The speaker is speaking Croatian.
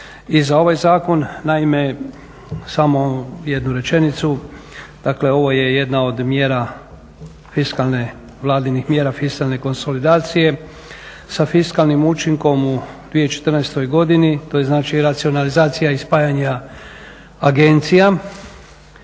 i za ovaj zakon. Naime, samo jednu rečenicu. Dakle ovo je jedna od mjera fiskalne, Vladinih mjera fiskalne konsolidacije sa fiskalnim učinkom u 2014. godini, to je znači racionalizacija i spajanja agencija